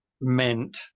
meant